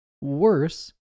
worse